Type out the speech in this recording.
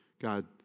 God